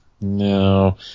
No